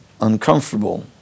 uncomfortable